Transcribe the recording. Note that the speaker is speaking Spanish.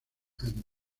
años